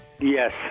Yes